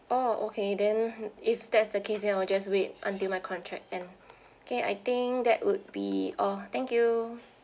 oh okay then if that's the case then I'll just wait until my contract end okay I think that would be all thank you